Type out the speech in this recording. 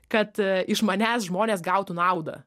kad iš manęs žmonės gautų naudą